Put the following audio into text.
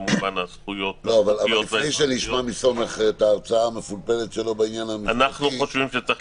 הזכויות --- לפני שנשמע מסומך את ההצעה --- אנחנו חושבים שצריך